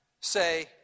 say